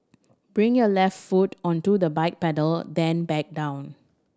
bring your left foot onto the bike pedal then back down